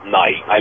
night